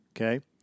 Okay